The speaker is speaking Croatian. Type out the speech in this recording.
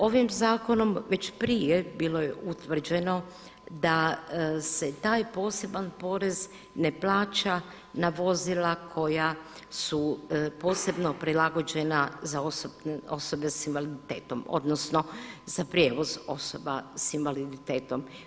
Ovim zakonom već prije bilo je utvrđeno da se taj poseban porez ne plaća na vozila koja su posebno prilagođena za osobe s invaliditetom odnosno za prijevoz osoba s invaliditetom.